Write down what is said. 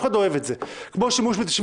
אחד לא אוהב את זה כמו השימוש ב-98,